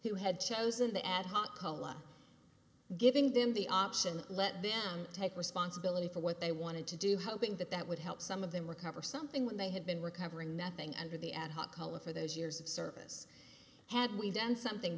who had chosen the adhoc cola giving them the option to let them take responsibility for what they wanted to do hoping that that would help some of them were cover something when they had been recovering nothing under the ad hoc color for those years of service had we done something